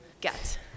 get